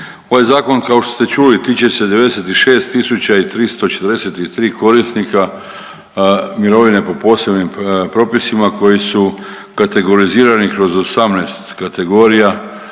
Ovaj zakon kao što ste čuli tiče se 96 tisuća i 343 korisnika mirovine po posebnim propisima koji su kategorizirani kroz 18 kategorija